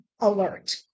alert